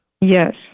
Yes